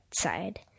side